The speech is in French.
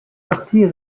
partis